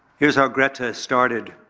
here's how greta started.